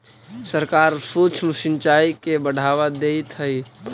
सरकार सूक्ष्म सिंचाई के बढ़ावा देइत हइ